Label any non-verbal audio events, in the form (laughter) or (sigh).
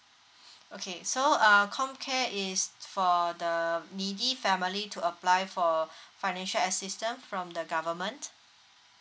(breath) okay so uh comcare is for the needy family to apply for financial assistance from the government